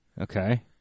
Okay